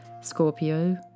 Scorpio